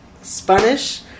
Spanish